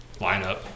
lineup